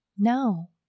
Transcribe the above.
No